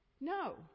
No